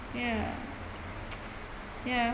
ya ya